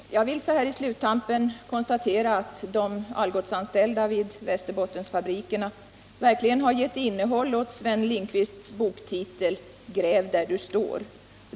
Herr talman! Jag vill så här på sista tampen konstatera att de Algotsanställda vid Västerbottenfabrikerna verkligen har givit innehåll åt Sven Lindqvists boktitel Gräv där du står.